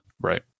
right